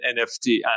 NFT